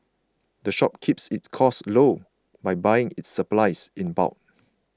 the shop keeps its costs low by buying its supplies in bulk